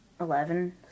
eleven